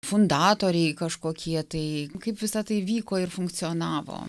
fundatoriai kažkokie tai kaip visa tai vyko ir funkcionavo